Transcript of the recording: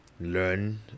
learn